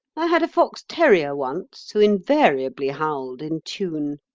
i had a fox terrier once who invariably howled in tune.